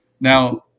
Now